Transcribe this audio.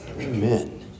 Amen